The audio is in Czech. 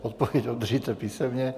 Odpověď obdržíte písemně.